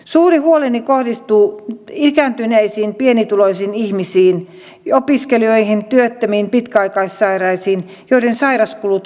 suuri huoleni kohdistuu ikääntyneisiin pienituloisiin ihmisiin ja opiskelijoihin työttömiin pitkäaikaissairaisiin joiden sairauskulut ovat suuret